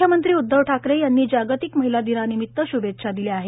मुख्यमंत्री उद्दव ठाकरे यांनी जागतिक महिला दिनानिमित्त शुभेच्छा दिल्या आहेत